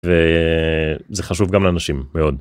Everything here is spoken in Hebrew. וזה חשוב גם לאנשים מאוד.